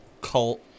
cult